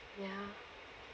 ya